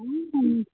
आं